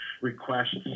requests